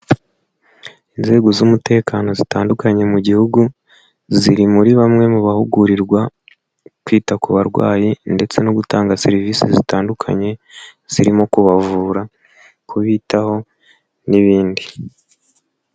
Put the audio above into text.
Inzego z'umutekano zitandukanye mu gihugu, ziri muri bamwe mu bahugurirwa kwita ku barwayi ndetse no gutanga serivisi zitandukanye zirimo kubavura, kubitaho, n'ibindi.